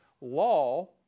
law